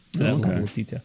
Okay